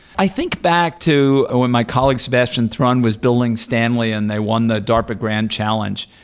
i think back to when my colleague sebastian thrun was building stanley and they won the darpa grand challenge,